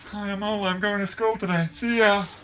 i'm ola i'm going to school today, see ya